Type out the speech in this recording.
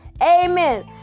amen